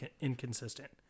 inconsistent